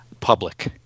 public